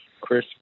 Chris